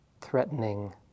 threatening